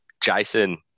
Jason